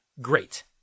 great